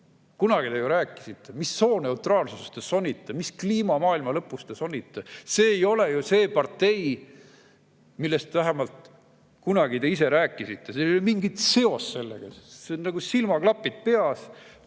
Kunagi te ju rääkisite. Mis sooneutraalsusest te sonite, mis kliimamaailmalõpust te sonite? See ei ole ju see partei, millest te vähemalt kunagi ise rääkisite. Sellel ei ole mingit seost sellega. Nagu silmaklapid peas,